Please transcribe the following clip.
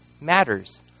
matters